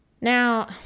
now